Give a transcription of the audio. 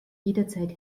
jederzeit